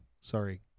Sorry